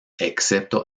excepto